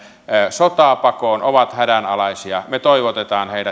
sotaa pakoon ja ovat hädänalaisia me toivotamme